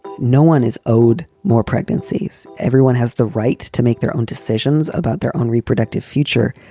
no one is owed more pregnancies. everyone has the right to make their own decisions about their own reproductive future.